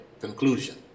conclusion